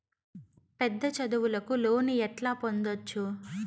పెద్ద చదువులకు లోను ఎట్లా పొందొచ్చు